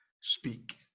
speak